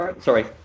Sorry